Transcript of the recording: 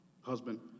husband